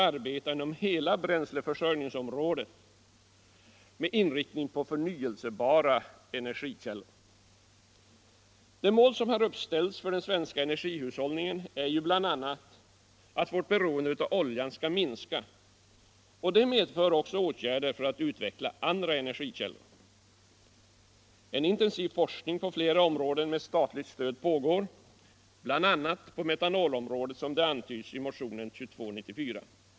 Det mål som uppställts för den svenska energihushållningen är ju bl.a. att vårt beroende av oljan skall minskas, och detta medför också åtgärder för att utveckla andra energikällor. En intensiv forskning på flera områden med statligt stöd pågår, bl.a. på metanolområdet, som antyds i motionen 2294.